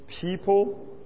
People